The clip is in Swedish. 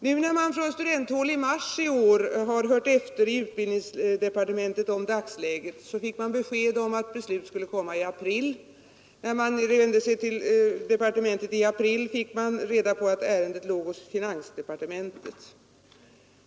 När man från studenthåll i mars hos utbildningsdepartementet förhörde sig om dagsläget fick man beskedet att beslut skulle komma i april, och när man vände sig till departementet i april sades det att ärendet låg hos finansdepartementet.